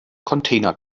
container